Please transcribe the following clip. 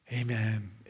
amen